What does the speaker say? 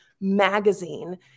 magazine